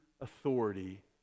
authority